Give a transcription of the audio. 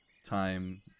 time